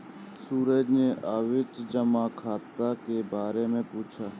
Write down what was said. सूरज ने आवर्ती जमा खाता के बारे में पूछा